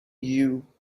you